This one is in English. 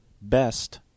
best